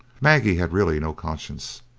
maggie had really no conscience.